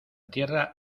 tierra